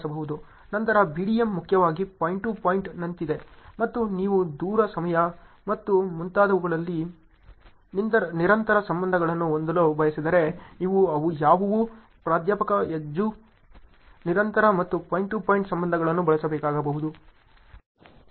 ನಂತರ BDM ಮುಖ್ಯವಾಗಿ point to point ನಂತಿದೆ ಮತ್ತು ನೀವು ದೂರ ಸಮಯ ಮತ್ತು ಮುಂತಾದವುಗಳಲ್ಲಿ ನಿರಂತರ ಸಂಬಂಧಗಳನ್ನು ಹೊಂದಲು ಬಯಸಿದರೆ ನೀವು ಅವು ಯಾವುವು ಪ್ರಾಧ್ಯಾಪಕ ಹಜ್ದು ನಿರಂತರ ಮತ್ತು ಪಾಯಿಂಟ್ ಟು ಪಾಯಿಂಟ್ ಸಂಬಂಧಗಳನ್ನು ಬಳಸಬೇಕಾಗಬಹುದು